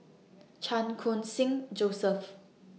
Chan Khun Sing Joseph